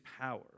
power